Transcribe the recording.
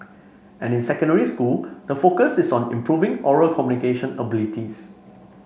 and in secondary school the focus is on improving oral communication abilities